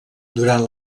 durant